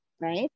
right